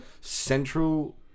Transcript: Central